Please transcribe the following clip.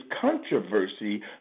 controversy